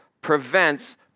prevents